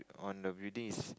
on the building is